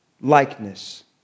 likeness